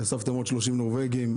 הוספתם עוד 30 נורבגים.